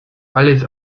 alles